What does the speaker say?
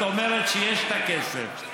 את אומרת שיש את הכסף,